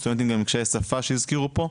סטודנטים עם קשיי שפה שהזכירו פה,